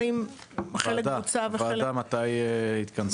ועדה מתי תתכנס?